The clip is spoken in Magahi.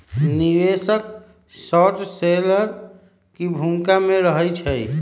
निवेशक शार्ट सेलर की भूमिका में रहइ छै